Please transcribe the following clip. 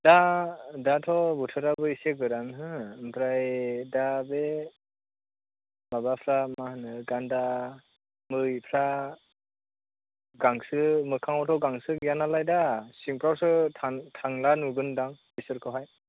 दा दाथ' बोथोराबो एसे गोरान हो ओमफ्राय दा बे माबाफ्रा मा होनो गान्दाफ्रा मैफ्रा गांसो मोखाङावथ' गांसो गैयानालाय दा सिंफ्रावसो थांब्ला नुगोनदां बिसोरखौहाय